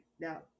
now